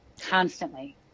constantly